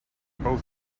both